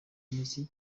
umuziki